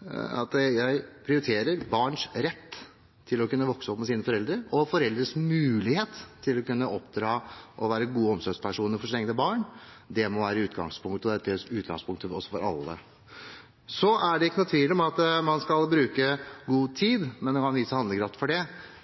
Jeg prioriterer barns rett til å kunne vokse opp med sine foreldre og foreldres mulighet til å kunne oppdra sine egne barn og være gode omsorgspersoner. Det må være utgangspunktet for alle. Så er det ikke noen tvil om at man skal bruke god tid, men man kan vise handlekraft for det.